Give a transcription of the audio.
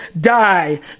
die